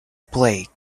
plague